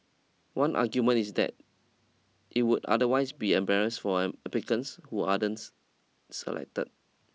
one argument is that it would otherwise be embarrass for an applicants who selected